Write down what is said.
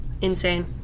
insane